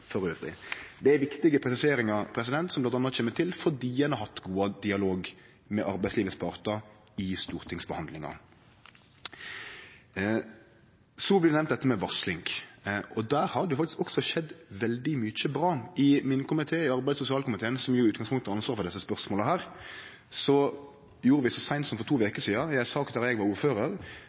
Det er viktige presiseringar som bl.a. kjem til fordi ein har hatt god dialog med partane i arbeidslivet i stortingsbehandlinga. Så blir varsling nemnt, og der har det faktisk også skjedd veldig mykje bra. I min komité, arbeids- og sosialkomiteen – som i utgangspunktet har ansvar for desse spørsmåla – gjorde vi så seint som for to veker sidan, i ei sak der eg var ordførar,